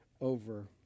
over